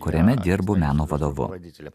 kuriame dirbu meno vadovu